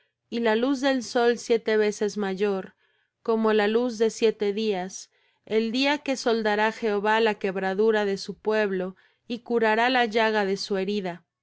y la luz del sol siete veces mayor como la luz de siete días el día que soldará jehová la quebradura de su pueblo y curará la llaga de su herida